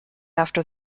after